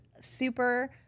super